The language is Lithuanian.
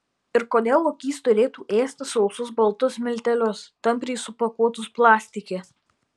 ir kodėl lokys turėtų ėsti sausus baltus miltelius tampriai supakuotus plastike